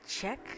check